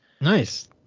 Nice